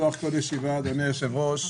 לפתוח כל ישיבה בפרגון,